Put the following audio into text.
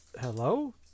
Hello